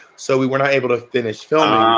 so we were not able to finish filming.